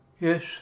Yes